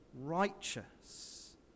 Righteous